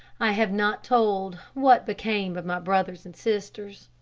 i have not told what became of my brothers and sisters.